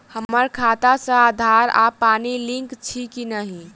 हम्मर खाता सऽ आधार आ पानि लिंक अछि की नहि?